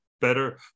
better